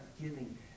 giving